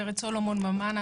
ורד סולומון ממן,